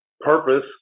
purpose